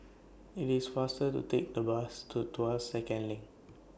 IT IS faster to Take The Bus to Tuas Second LINK